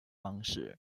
方式